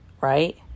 right